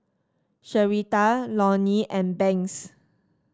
Sherita Lonny and Banks